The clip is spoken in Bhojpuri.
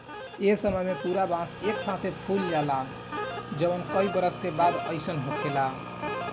ए समय में पूरा बांस एक साथे फुला जाला जवन कई बरस के बाद अईसन होखेला